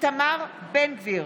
איתמר בן גביר,